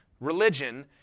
religion